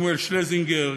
שמואל שלזינגר,